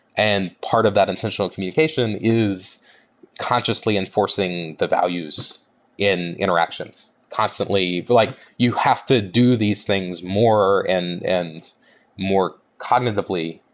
and part of that intentional communication is consciously enforcing the values in interactions. like you have to do these things more and and more cognitively.